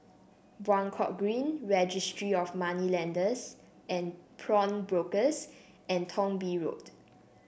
Buangkok Green Registry of Moneylenders and Pawnbrokers and Thong Bee Road